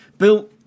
Bill